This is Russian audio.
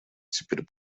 теперь